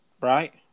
right